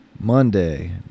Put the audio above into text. Monday